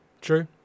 true